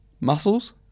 muscles